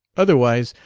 otherwise,